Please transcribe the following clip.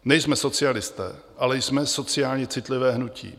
Nejsme socialisté, ale jsme sociálně citlivé hnutí.